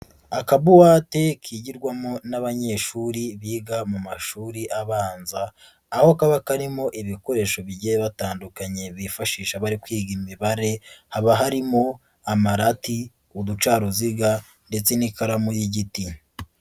Akabuwate kigirwamo n'abanyeshuri biga mu mashuri abanza, aho kaba karimo ibikoresho bigiye bitandukanye bifashisha bari kwiga imibare, haba harimo amarati, uducaruziga ndetse n'ikaramu y'igiti.